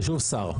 כתוב שר.